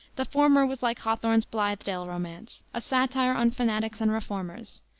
the former was like hawthorne's blithedale romance, a satire on fanatics and reformers,